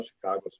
Chicago